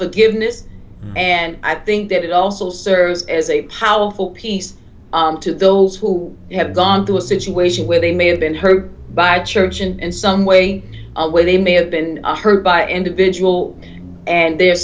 unforgiveness and i think that it also serves as a powerful piece to those who have gone through a situation where they may have been hurt by church and some way where they may have been hurt by individual and they're